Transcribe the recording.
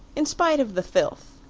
in spite of the filth!